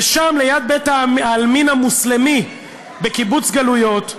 ושם, ליד בית-העלמין המוסלמי בקיבוץ-גלויות,